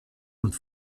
und